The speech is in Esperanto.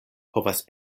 povas